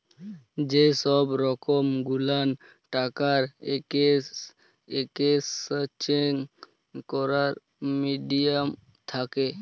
যে সহব রকম গুলান টাকার একেসচেঞ্জ ক্যরার মিডিয়াম থ্যাকে